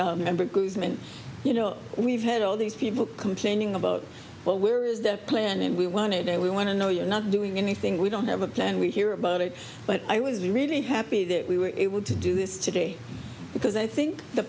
and you know we've had all these people complaining about well where is the plan and we wanted it we want to know you're not doing anything we don't have a plan we hear about it but i would be really happy that we were able to do this today because i think the